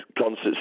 concerts